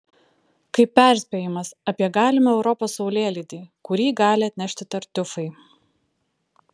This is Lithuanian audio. kaip perspėjimas apie galimą europos saulėlydį kurį gali atnešti tartiufai